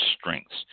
strengths